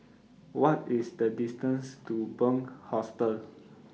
What IS The distance to Bunc Hostel